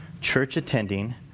church-attending